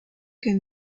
can